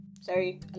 sorry